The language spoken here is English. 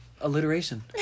alliteration